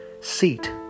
Seat